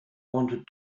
wanted